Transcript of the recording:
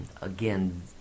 Again